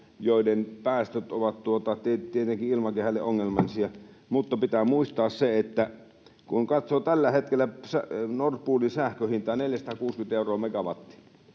joiden päästöt ovat tietenkin ilmakehälle ongelmallisia. Mutta pitää muistaa se, että kun katsoo tällä hetkellä Nord Poolin sähkönhintaa — 460 euroa megawatti